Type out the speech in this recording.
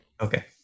Okay